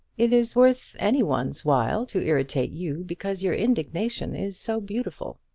it is worth any one's while to irritate you, because your indignation is so beautiful.